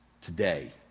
today